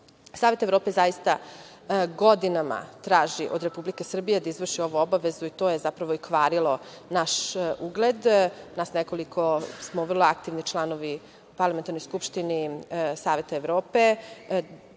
Evrope zaista godinama traži od Republike Srbije da izvrši ovu obavezu i to je zapravo i kvarilo naš ugled. Nas nekoliko smo vrlo aktivni članovi parlamentarne Skupštine Saveta Evrope.